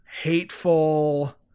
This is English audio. hateful